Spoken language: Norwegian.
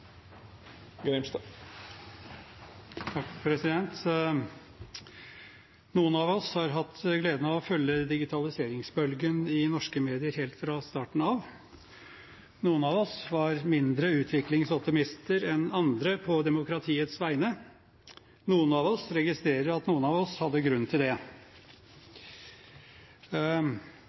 Noen av oss har hatt gleden av å følge digitaliseringsbølgen i norske medier helt fra starten av. Noen av oss var mindre utviklingsoptimister enn andre på demokratiets vegne. Noen av oss registrerer at noen av oss hadde grunn til det.